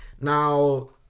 Now